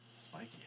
Spiky